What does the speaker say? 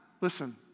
Listen